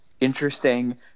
interesting